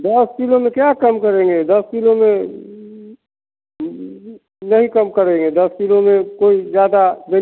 दस किलो में क्या कम करेंगे दस किलो में नहीं कम करेंगे दस किलो में कोई ज़्यादा बेनिफिट नहीं होता है